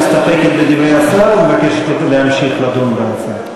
את מסתפקת בדברי השר או מבקשת להמשיך לדון בהצעה?